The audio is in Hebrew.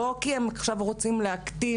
לא כי הם רוצים להקטין,